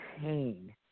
pain